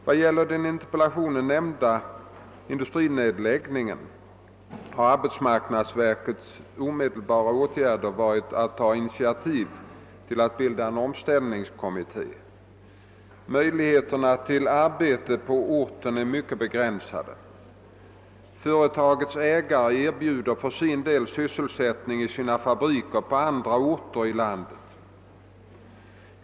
Vad gäller den i interpellationen nämnda industrinedläggningen har arbetsmarknadsverkets omedelbara åtgärd varit att ta initiativ till att bilda en omställningskommitté. Möjligheterna till arbete på orten är mycket begränsade. Företagets ägare erbjuder för sin del sysselsättning i sina fabriker på andra orter i landet.